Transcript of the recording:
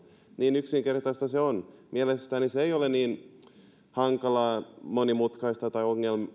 niin yksinkertaista se on mielestäni se ei ole niin hankalaa monimutkaista tai ongelmallista